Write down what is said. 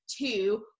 two